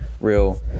real –